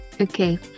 Okay